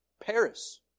Paris